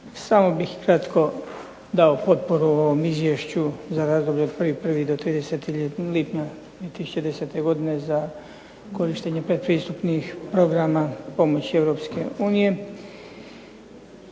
Samo bih kratko dao potporu ovom izvješću za razdoblje od 1.1. do 30. lipnja 2010. godine za korištenje predpristupnih programa pomoći EU i